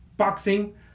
Boxing